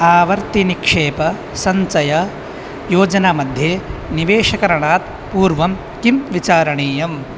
आवर्तिनिक्षेपसञ्चययोजनामध्ये निवेशकरणात् पूर्वं किं विचारणीयम्